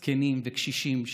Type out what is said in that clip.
זקנים וקשישים.